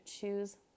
choose